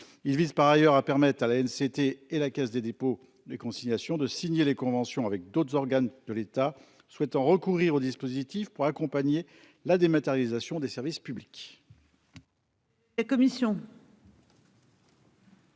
Il vise par ailleurs à permettre à la elle c'était et la Caisse des dépôts et consignations de signer les conventions avec d'autres organes de l'État souhaitant recourir au dispositif pour accompagner la dématérialisation des services publics.--